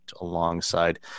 alongside